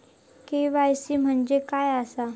KYC म्हणजे काय आसा?